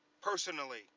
Personally